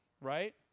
right